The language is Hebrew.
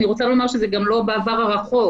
אני רוצה לומר שזה גם לא בעבר הרחוק.